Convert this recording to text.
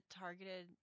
targeted